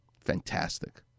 Fantastic